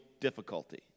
difficulty